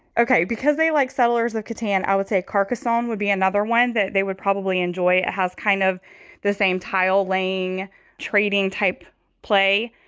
okay. because they like settlers' or cotan. i would say carcassonne would be another one that they would probably enjoy. it has kind of the same tile laying trading type play.